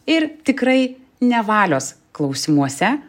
ir tikrai ne valios klausimuose